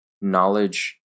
knowledge